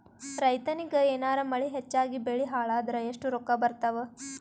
ರೈತನಿಗ ಏನಾರ ಮಳಿ ಹೆಚ್ಚಾಗಿಬೆಳಿ ಹಾಳಾದರ ಎಷ್ಟುರೊಕ್ಕಾ ಬರತ್ತಾವ?